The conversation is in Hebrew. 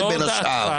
בין השאר.